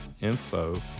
info